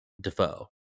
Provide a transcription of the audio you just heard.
Defoe